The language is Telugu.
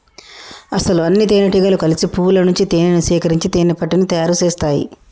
అసలు అన్నితేనెటీగలు కలిసి పువ్వుల నుంచి తేనేను సేకరించి తేనెపట్టుని తయారు సేస్తాయి